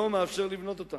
לא מאפשר לבנות אותן.